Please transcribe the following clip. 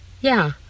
Yeah